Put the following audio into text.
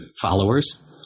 followers